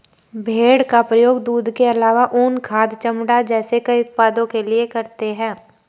भेड़ का प्रयोग दूध के आलावा ऊन, खाद, चमड़ा जैसे कई उत्पादों के लिए करते है